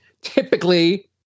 typically